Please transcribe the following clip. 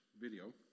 video